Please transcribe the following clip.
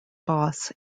boss